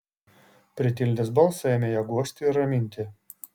pritildęs balsą ėmė ją guosti ir raminti